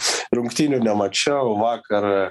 rungtynių nemačiau vakar